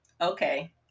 okay